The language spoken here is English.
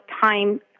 time